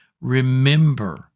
remember